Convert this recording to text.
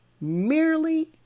merely